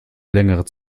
längere